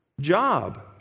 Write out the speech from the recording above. job